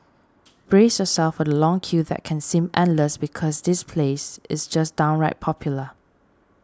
brace yourself for the long queue that can seem endless because this place is just downright popular